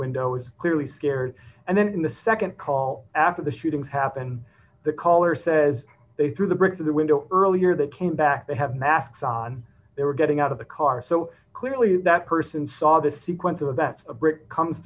window was clearly scared and then the nd call after the shootings happened the caller says they threw the brick through the window earlier that came back they have masks on they were getting out of the car so clearly that person saw this sequence of events a brit come